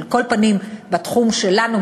על כל פנים בתחום שלנו,